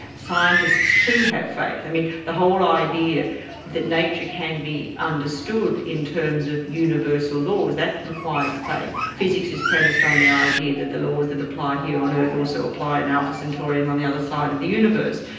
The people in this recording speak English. scientists too have faith i mean the whole idea that nature can be understood in terms of universal laws that requires faith. physics is premised on the idea that the laws that apply here on earth also apply in alpha centurion on the other side of the universe.